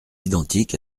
identique